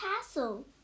castle